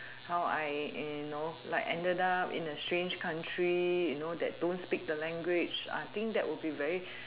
how I you know like ended up in a strange country you know that don't speak the language I think that will be very